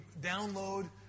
download